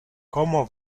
como